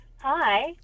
Hi